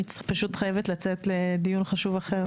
אני פשוט חייבת לצאת לדיון חשוב אחר.